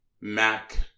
Mac